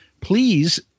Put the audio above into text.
Please